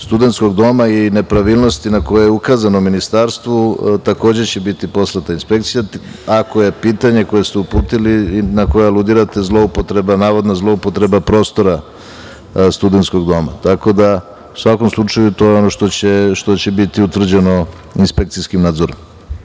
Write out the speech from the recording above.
Studentskog doma i nepravilnosti na koje je ukazano ministarstvu, takođe će biti poslata inspekcija ako je pitanje koje ste uputili i na koje aludirate navodna zloupotreba prostora Studentskog doma, tako da, u svakom slučaju, to je ono što će biti utvrđeno inspekcijskim nadzorom. Hvala